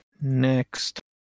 Next